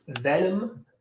venom